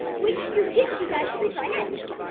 which goo jitsu guy should we try next?